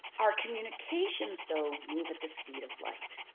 our communications though, move at the speed of light.